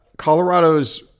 Colorado's